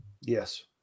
Yes